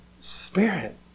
Spirit